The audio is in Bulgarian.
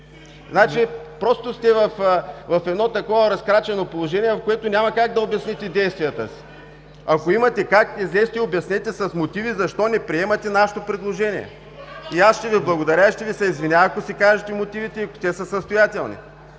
Значи, просто сте в едно разкрачено предложение, в което няма как да обясните действията си. Ако имате как, излезте, обяснете с мотиви, защо не приемате нашето предложение? Аз ще Ви благодаря и ще Ви се извиня, ако си кажете мотивите и, ако те са състоятелни.